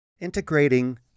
integrating